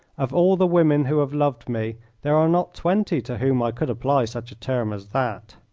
of all the women who have loved me there are not twenty to whom i could apply such a term as that.